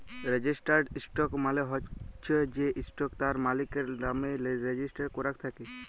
registered stock মালে চ্ছ যে স্টক তার মালিকের লামে রেজিস্টার করাক থাক্যে